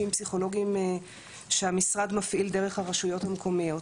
פסיכולוגים שהמשרד מפעיל דרך הרשויות המקומיות,